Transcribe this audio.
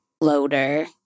loader